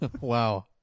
Wow